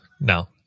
no